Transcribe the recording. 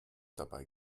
dabei